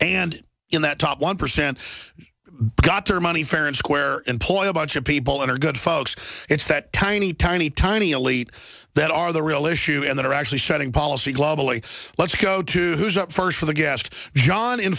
and in that top one percent got their money fair and square employ a bunch of people and are good folks it's that tiny tiny tiny elite that are the real issue and they're actually setting policy globally let's go to who's up first for the g